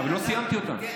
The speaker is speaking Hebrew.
אבל לא סיימתי אותה.